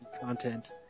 content